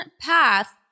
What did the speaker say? path